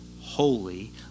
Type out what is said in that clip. holy